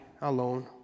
alone